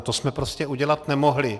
To jsme prostě udělat nemohli.